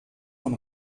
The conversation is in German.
von